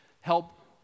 help